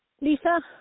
Lisa